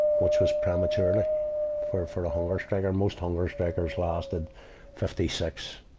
which was prematurely for, for a hunger striker. most hunger strikers lasted fifty six,